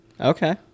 Okay